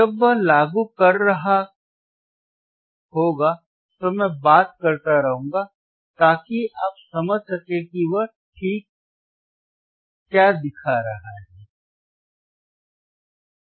जब वह लागू कर रहा होगा तो मैं बात करता रहूंगा ताकि आप समझ सकें कि वह क्या दिखा रहा है ठीक